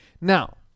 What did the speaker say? Now